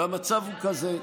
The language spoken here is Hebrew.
והמצב הוא כזה,